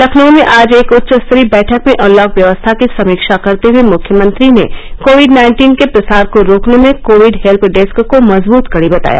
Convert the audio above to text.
लखनऊ में आज एक उच्च स्तरीय बैठक में अनलॉक व्यवस्था की समीक्षा करते हुए मुख्यमंत्री ने कोविड नाइन्टीन के प्रसार को रोकने में कोविड हेल्य डेस्क को मजबूत कड़ी बताया